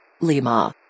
Lima